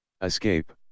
Escape